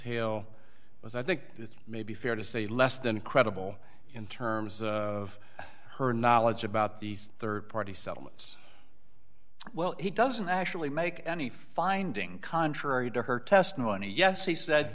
hale was i think it's maybe fair to say less than credible in terms of her knowledge about these rd party settlements well he doesn't actually make any finding contrary to her testimony yes he said